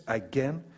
again